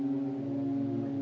you know like